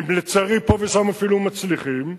ולצערי פה ושם אפילו מצליחים,